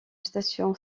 station